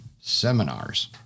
seminars